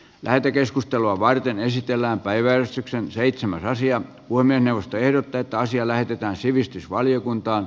lähetekeskustelua varten esitellään päiväystyksen seitsemän raisio puhemiesneuvosto ehdottaa että asia lähetetään sivistysvaliokuntaan